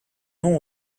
nom